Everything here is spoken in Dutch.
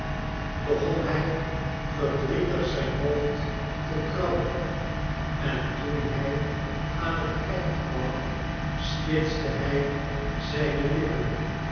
begon hij verdrietig zijn hoofd te krabben en toen hij aan het eind kwam spitste hij zijne lippen